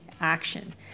action